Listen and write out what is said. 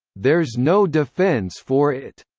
there's no defence for it.